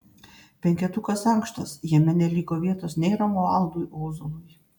penketukas ankštas jame neliko vietos nei romualdui ozolui